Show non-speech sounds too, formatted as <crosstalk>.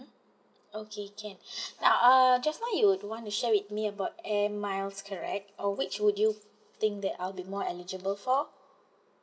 okay can <breath> ah uh just now you do want to share with me about Air Miles correct or which would you think that I'll be more eligible for